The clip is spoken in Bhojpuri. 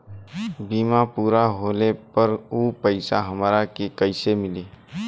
बीमा पूरा होले पर उ पैसा हमरा के कईसे मिली?